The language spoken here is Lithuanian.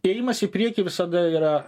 ėjimas į priekį visada yra